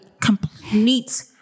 complete